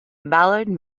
ballard